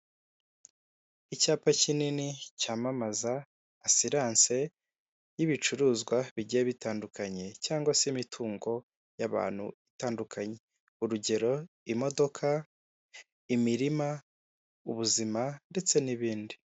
Icyapa kinini cyamamaza asiranse y'ibicuruzwa bigiye bitandukanye cyangwa se imitungo y'abantu itandukanye. Urugero; imodoka, imirima, ubuzima, ndetse n'ibindi.